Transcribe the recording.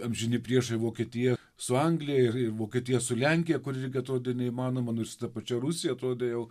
amžini priešai vokietija su anglija ir ir vokietija su lenkija kur irgi atrodė neįmanoma nu ir su ta pačia rusija todėl